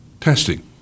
testing